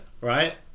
Right